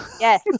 Yes